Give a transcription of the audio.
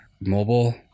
mobile